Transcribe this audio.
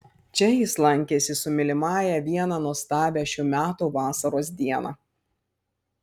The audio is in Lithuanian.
čia jis lankėsi su mylimąja vieną nuostabią šių metų vasaros dieną